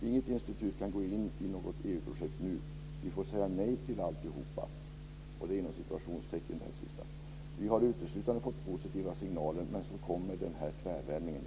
'Inget institut kan gå in i något EU-projekt nu, vi får säga nej till alltihop. Vi har uteslutande fått positiva signaler, men så kommer den här tvärvändningen.